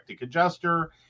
adjuster